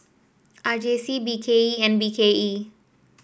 R J C B K E and B K E